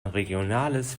regionales